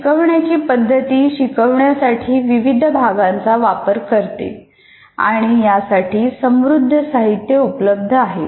शिकवण्याची पद्धती शिकवण्यासाठी विविध भागांचा वापर करते आणि यासाठी समृद्ध साहित्य उपलब्ध आहे